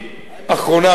אחרונה,